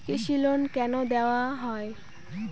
কৃষি লোন কেন দেওয়া হয়?